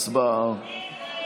הצבעה.